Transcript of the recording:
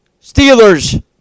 Steelers